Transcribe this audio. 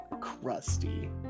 Crusty